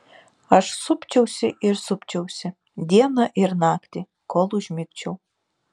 aš supčiausi ir supčiausi dieną ir naktį kol užmigčiau